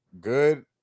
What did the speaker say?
good